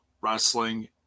wrestling